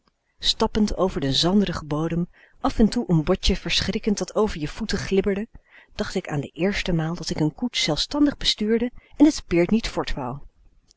stappend over den zandrigen bodem af en toe een botje verschrikkend dat over je voeten glibberde dacht ik aan de eerste maal dat ik een koets zelfstandig bestuurde en t peerd niet